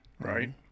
Right